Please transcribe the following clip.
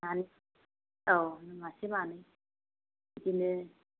औ मासे मानै बिदिनो